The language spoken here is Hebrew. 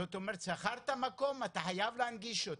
זאת אומרת, שכרת מקום, אתה חייב להנגיש אותו,